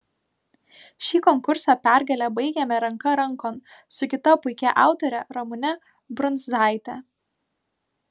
šį konkursą pergale baigėme ranka rankon su kita puikia autore ramune brundzaite